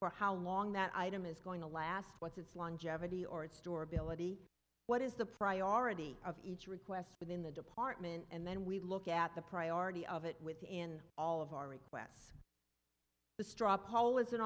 for how long that item is going to last what's its longevity or its store ability what is the priority of each request within the department and then we look at the priority of it within all of our requests the straw poll is an